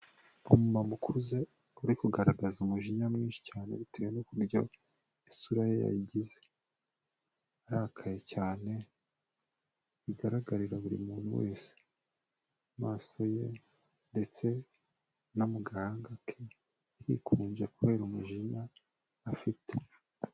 Umumama ukuze uri kugaragaza umujinya mwinshi cyane bitewe n'uburyo isura ye yagize, arakaye cyane bigaragarira buri muntu wese, amaso ye ndetse no mu gahanga ke hikunje kubera umujinya afite.